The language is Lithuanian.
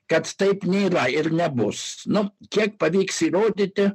kad taip nėra ir nebus nu kiek pavyks įrodyti